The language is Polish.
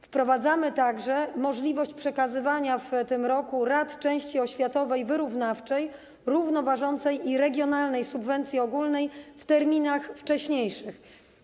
Wprowadzamy także możliwość przekazywania w tym roku rat części oświatowej, wyrównawczej, równoważącej i regionalnej subwencji ogólnej w terminach wcześniejszych.